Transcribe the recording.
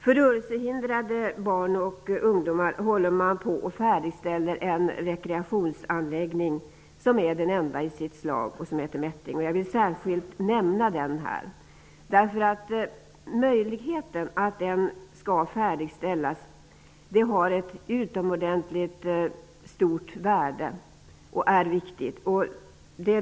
För rörelsehindrade barn och ungdomar håller man på att färdigställa en rekreationsanläggning, Mättinge, som är den enda i sitt slag och som jag särskilt vill nämna här. Färdigställandet av denna anläggning har ett utomordentligt stort värde.